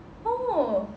oh